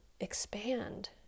expand